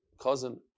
cousin